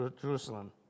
Jerusalem